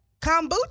Kombucha